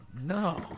No